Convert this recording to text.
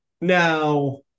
Now